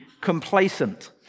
complacent